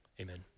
Amen